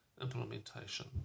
implementation